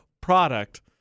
product